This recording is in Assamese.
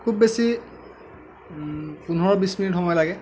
খুব বেছি পোন্ধৰ বিশ মিনিট সময় লাগে